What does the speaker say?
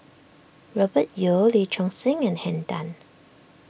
Robert Yeo Lee Choon Seng and Henn Tan